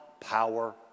power